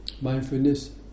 mindfulness